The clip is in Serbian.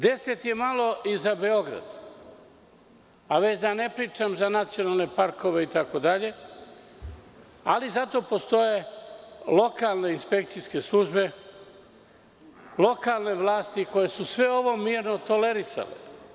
Deset je malo i za Beograd, a već da ne pričam za nacionalne parkove, itd, ali zato postoje lokalne inspekcijske službe, lokalne vlasti koje su sve ovo mirno tolerisale.